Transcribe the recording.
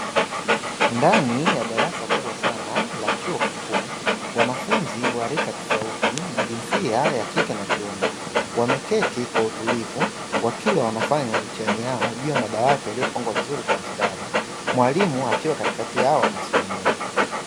Ndani ya darasa kubwa sana la chuo kikuu, wanafunzi wa rika tofauti na jinsia ya kike na kiume, wameketi kwa utulivu wakiwa wanafanya mitihani yao juu ya madawati yaliyopangwa vizuri kwa mstari, mwalimu akiwa katikati yao anasimamia.